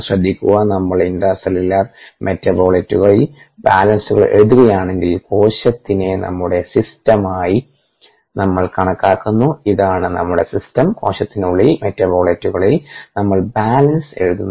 ശ്രദ്ധിയ്ക്കുക നമ്മൾ ഇന്റർസെല്ലുലാർ മെറ്റബോളിറ്റുകളിൽ ബാലൻസുകൾ എഴുതുകയാണെങ്കിൽ കോശത്തിനെ നമ്മളുടെ സിസ്റ്റമായി നമ്മൾ കണക്കാക്കുന്നു ഇതാണ് നമ്മുടെ സിസ്റ്റം കോശത്തിനുള്ളിലെ മെറ്റബോളിറ്റുകളിൽ നമ്മൾ ബാലൻസ് എഴുതുന്നു